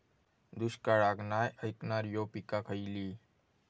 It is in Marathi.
दुष्काळाक नाय ऐकणार्यो पीका खयली?